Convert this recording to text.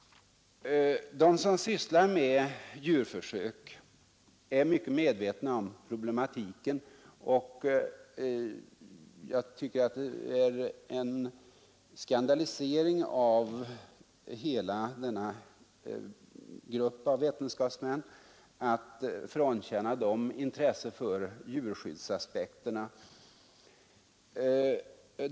De som sysslar med djurförsök är mycket medvetna om problematiken, och jag tycker att det är en skandalisering av hela denna grupp av vetenskapsmän att frånkänna dem intresse för djurskyddsaspekterna.